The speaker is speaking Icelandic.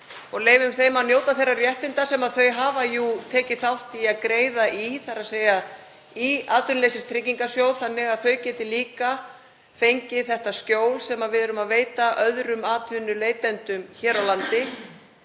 og leyfum þeim að njóta þeirra réttinda sem þau hafa jú tekið þátt í að greiða í, þ.e. í Atvinnuleysistryggingasjóð, þannig að þau geti líka fengið þetta skjól sem við veitum öðrum atvinnuleitendum hér á landi,